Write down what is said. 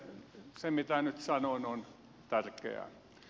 se mitä nyt sanon on tärkeää